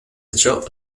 ciò